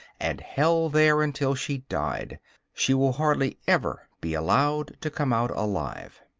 and held there until she died she will hardly ever be allowed to come out alive.